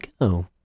go